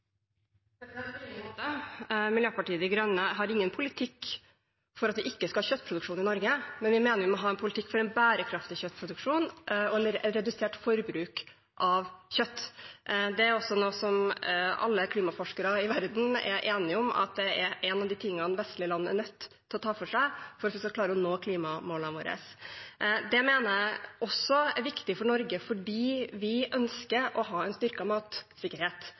Miljøpartiet De Grønne har ingen politikk for at det ikke skal være kjøttproduksjon i Norge, men vi mener vi må ha en politikk for en bærekraftig kjøttproduksjon og et redusert forbruk av kjøtt. Det er noe som alle klimaforskere i verden er enige om, at det er noe vestlige land er nødt til å ta for seg dersom vi skal klare å nå klimamålene våre. Det mener jeg også er viktig for Norge fordi vi ønsker å ha en styrket matsikkerhet.